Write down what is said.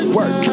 Work